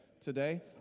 today